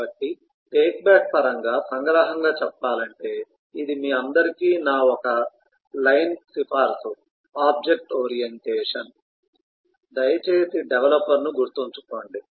కాబట్టి take back పరంగా సంగ్రహంగా చెప్పాలంటే ఇది మీ అందరికీ నా ఒక లైన్ సిఫారసు ఆబ్జెక్ట్ ఓరియంటేషన్ దయచేసి డెవలపర్ను గుర్తుంచుకోండి